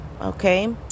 Okay